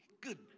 Good